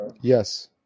Yes